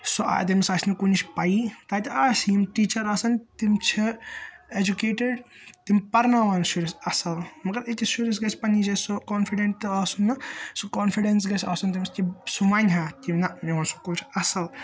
سُہ آسہِ تٔمِس آسہِ نہٕ کُنِچ پَیی تَتہِ آسہِ یِم ٹیچَر آسَن تِم چھِ ایٚجوکیٹِڈ تِم پَراوَن شُرِس اَصٕل مَگَر أکِس شُرِس گَژھہِ پننہِ جایہِ سُہ کانفڈِنٹ تہِ آسُن سُہ کانفڈنٕس گَژھہِ آسُن تٔمِس سُہ وَنہِ ہا کہِ نہ میون سکول چھُ اَصٕل